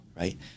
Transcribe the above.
right